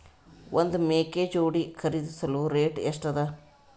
ಒಂದ್ ಮೇಕೆ ಜೋಡಿ ಖರಿದಿಸಲು ರೇಟ್ ಎಷ್ಟ ಅದ?